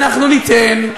אנחנו ניתן,